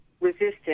resistant